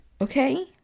Okay